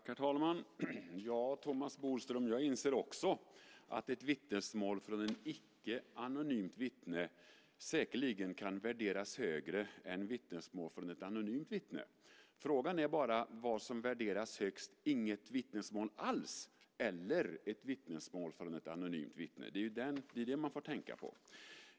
Herr talman! Ja, Thomas Bodström, jag inser också att ett vittnesmål från ett icke anonymt vittne säkerligen kan värderas högre än ett vittnesmål från ett anonymt vittne. Frågan är bara vad som värderas högst - inget vittnesmål alls eller ett vittnesmål från ett anonymt vittne. Det är det man får tänka på.